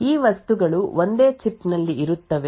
ಈ ವಸ್ತುಗಳು ಒಂದೇ ಚಿಪ್ ನಲ್ಲಿ ಇರುತ್ತವೆ